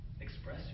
express